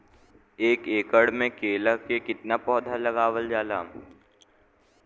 एक एकड़ में केला के कितना पौधा लगावल जाला?